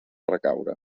recaure